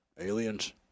Aliens